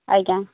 ଆଜ୍ଞା